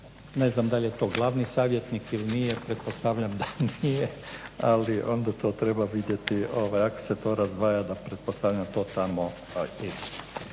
ne znam dal je to glavni savjetnik ili nije, pretpostavljam da nije, ali onda to treba vidjeti, ako se to razdvaja da pretpostavljam to tamo